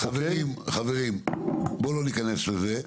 חברים, בואו לא ניכנס לזה.